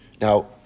Now